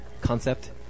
concept